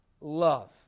love